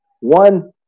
One